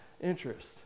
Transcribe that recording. interest